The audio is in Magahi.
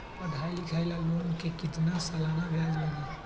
पढाई लिखाई ला लोन के कितना सालाना ब्याज लगी?